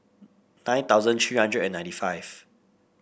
nine thousand three hundred and ninety five